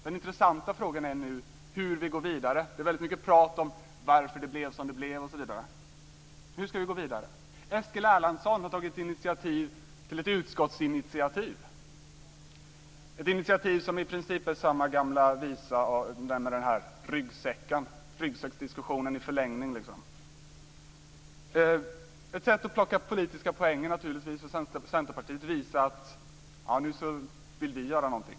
Den intressanta frågan är nu hur vi går vidare. Det är väldigt mycket prat om varför det blev som det blev osv. Hur ska vi gå vidare? Eskil Erlandsson har tagit initiativ till ett utskottsinitiativ, ett initiativ som i princip är samma gamla visa om jordbrukets ryggsäck; ryggsäcksdiskussionen i förlängning, om man så vill. Ett sätt att plocka politiska poäng är naturligtvis att Centerpartiet visar att man vill göra någonting.